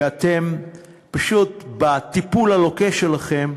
שאתם פשוט, בטיפול הלוקה שלכם,